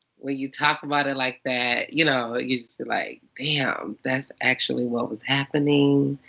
when you talk about it like that. you know, it's like. damn. that's actually what was happening.